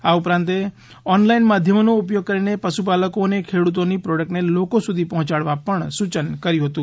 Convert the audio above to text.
આ ઉપરાંતે ઓનલાઇન માધ્યમોનો ઉપયોગ કરીને પશુપાલકો અને ખેડૂતોની પ્રોડક્ટને લોકો સુધી પહોંચાડવા પણ સુચન કર્યું હતું